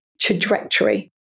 trajectory